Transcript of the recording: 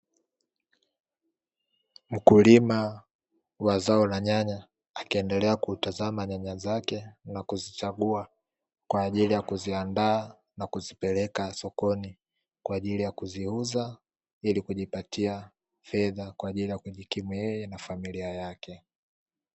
Mkulima wa zao la nyanya akiendelea kutazama nyanya zake na kuzichagua kwa ajili ya kuziandaa na kuzipeleka sokoni, kwa ajili ya kuziuza ili kujipatia fedha kwa ajili ya kujikimu yeye na familia yake.